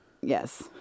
Yes